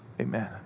Amen